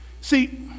See